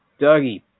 Dougie